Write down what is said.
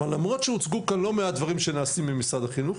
למרות שהוצגו כאן לא מעט דברים שנעשים ממשרד החינוך,